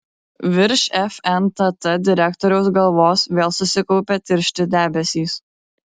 virš fntt direktoriaus galvos vėl susikaupė tiršti debesys